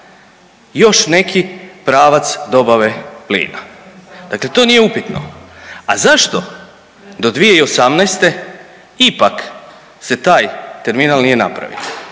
još neki pravac dobave plina, dakle to nije upitno. A zašto do 2018. ipak se taj terminal nije napravio?